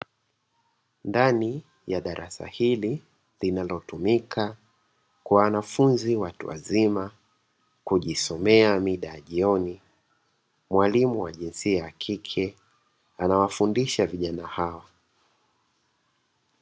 Ndani ya darasa hili linalotumika kwa wanafunzi watu wazima kujisomea mida ya jioni, mwalimu jinsia ya kike anawafundisha vijana hao.